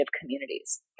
communities